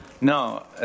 No